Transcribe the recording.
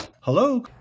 Hello